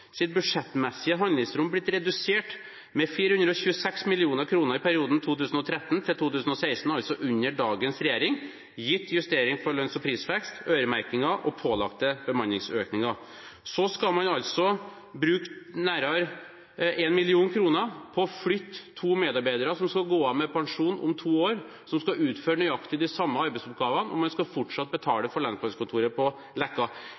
budsjettmessige handlingsrom redusert med 426 mill. kr i perioden 2013–2016, altså under dagens regjering, gitt justering for lønns- og prisvekst, øremerkinger og pålagte bemanningsøkninger. Så skal man altså bruke nærmere 1 mill. kr på å flytte to medarbeidere som skal gå av med pensjon om to år, og som skal utføre nøyaktig de samme arbeidsoppgavene, og man skal fortsatt betale for lensmannskontoret på